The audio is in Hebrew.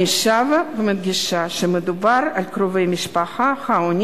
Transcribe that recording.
אני שבה ומדגישה שמדובר בקרובי משפחה העונים